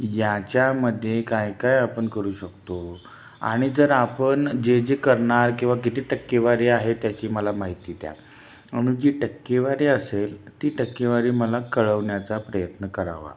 याच्यामध्ये काय काय आपण करू शकतो आणि जर आपण जे जे करणार किंवा किती टक्केवारी आहे त्याची मला माहिती द्या आणि जी टक्केवारी असेल ती टक्केवारी मला कळवण्याचा प्रयत्न करावा